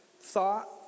thought